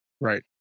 Right